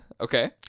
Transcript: Okay